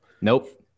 Nope